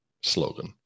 slogan